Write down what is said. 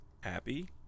happy